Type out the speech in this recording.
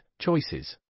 Choices